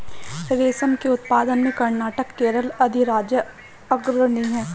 रेशम के उत्पादन में कर्नाटक केरल अधिराज्य अग्रणी है